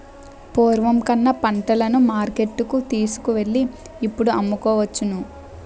పూర్వం కన్నా పంటలను మార్కెట్టుకు తీసుకువెళ్ళి ఇప్పుడు అమ్ముకోవచ్చును